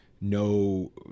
No